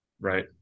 Right